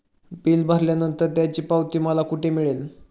Bill भरल्यानंतर त्याची पावती मला कुठे मिळेल?